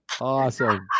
Awesome